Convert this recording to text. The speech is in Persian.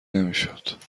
نمیشد